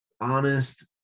honest